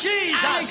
Jesus